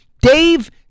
Dave